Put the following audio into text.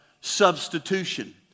Substitution